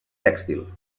tèxtil